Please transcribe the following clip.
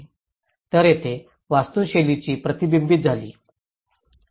तर येथे वास्तूशैलीही प्रतिबिंबित झाली